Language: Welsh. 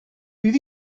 fydd